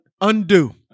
undo